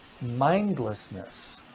Mindlessness